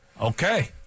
Okay